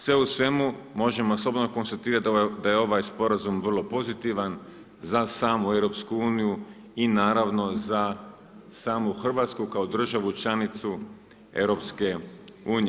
Sve u svemu, možemo slobodno konstatirati da je ovaj sporazum vrlo pozitivan za samu EU, i naravno za samo Hrvatsku kao državu članicu EU.